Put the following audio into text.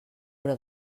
però